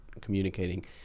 communicating